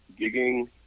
gigging